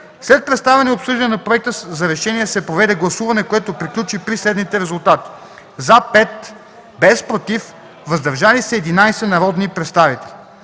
След представяне и обсъждане на проекта за решение се проведе гласуване, което приключи при следните резултати: „за” – 5, без „против”, „въздържали се” – 11 народни представители.